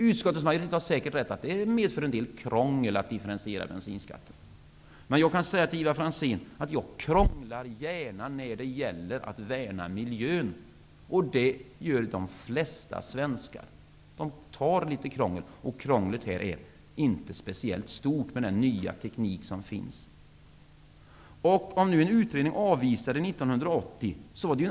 Utskottets majoritet har säkert rätt i att det medför en del krångel att differentiera bensinskatten. Jag kan säga till Ivar Franzén att jag krånglar gärna när det gäller att värna miljön, och det gör de flesta svenskar. De tar litet krångel. Krånglet här är inte speciellt stort med den nya teknik som finns. En utredning avvisade förslaget 1980.